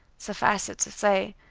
suffice it to say,